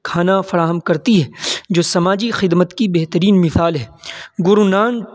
کھانا فراہم کرتی ہے جو سماجی خدمت کی بہترین مثال ہے گرو نانک